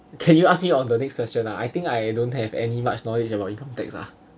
can you ask me on the next question lah I think I don't have any much knowledge about income tax lah